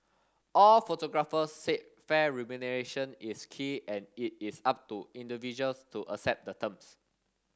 all photographers said fair remuneration is key and it is up to individuals to accept the terms